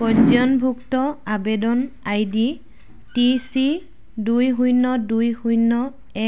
পঞ্জীয়নভুক্ত আবেদন I D T C দুই শূন্য দুই শূন্য